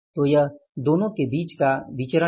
तो यह दोनों के बीच का विचरण है